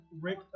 Rick